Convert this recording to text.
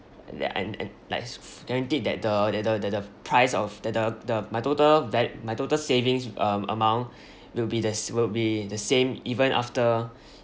and that and and like guaranteed that the that the that the price of that the the my total val~ my total savings um amount will be the s~ will be the same even after